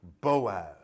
Boaz